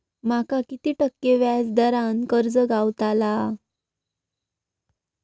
माका किती टक्के व्याज दरान कर्ज गावतला?